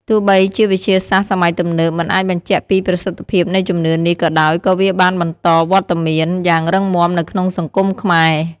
ទោះបីជាវិទ្យាសាស្រ្តសម័យទំនើបមិនអាចបញ្ជាក់ពីប្រសិទ្ធភាពនៃជំនឿនេះក៏ដោយក៏វាបានបន្តមានវត្តមានយ៉ាងរឹងមាំនៅក្នុងសង្គមខ្មែរ។